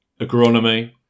agronomy